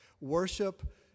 worship